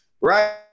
right